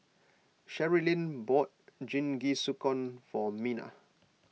Sherilyn bought Jingisukan for Mena